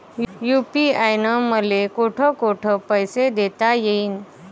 UPI न मले कोठ कोठ पैसे देता येईन?